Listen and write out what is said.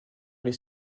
les